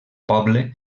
poble